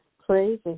crazy